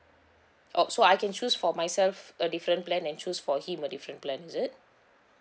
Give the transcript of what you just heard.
oh so I can choose for myself a different plan and choose for him a different plan is it